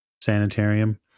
sanitarium